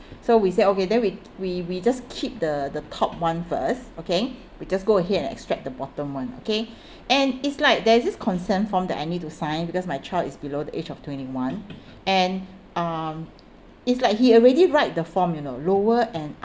so we say okay then we we we just keep the the top one first okay we just go ahead and extract the bottom one okay and it's like there's this consent form that I need to sign because my child is below the age of twenty one and um it's like he already write the form you know lower and